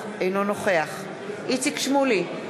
אינו נוכח איציק שמולי,